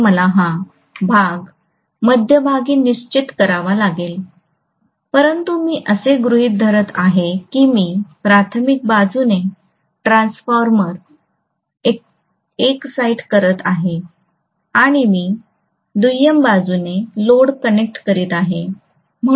तर मला हा भाग मध्यभागी निश्चित करावा लागेल परंतु मी असे गृहित धरत आहे की मी प्राथमिक बाजूने ट्रान्सफॉर्मर एकसाईट करत आहे आणि मी दुय्यम बाजूने लोड कनेक्ट करीत आहे